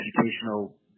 educational